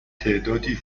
تعدادی